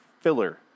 Filler